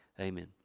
Amen